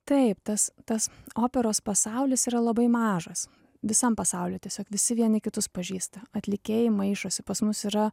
taip tas tas operos pasaulis yra labai mažas visam pasauly tiesiog visi vieni kitus pažįsta atlikėjai maišosi pas mus yra